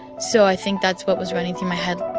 so i think that's what was running through my head